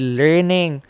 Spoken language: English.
learning